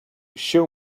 show